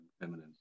feminine